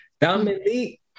Dominique